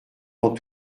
dans